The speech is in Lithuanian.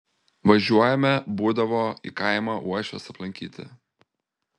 važiuojame būdavo į kaimą uošvės aplankyti